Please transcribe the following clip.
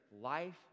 life